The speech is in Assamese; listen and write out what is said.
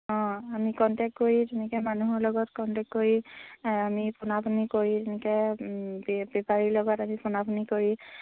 অঁ আমি কণ্টেক্ট কৰি তেনেকৈ মানুহৰ লগত কণ্টেক্ট কৰি আমি ফোনা ফুনি কৰি তেনেকৈ বে বেপাৰীৰ লগত আমি ফোনা ফুনি কৰি